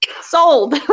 sold